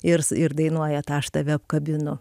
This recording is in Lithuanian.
ir s ir dainuoja tą aš tave apkabinu